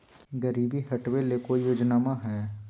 गरीबी हटबे ले कोई योजनामा हय?